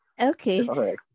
Okay